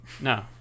No